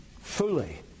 fully